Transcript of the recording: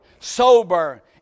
Sober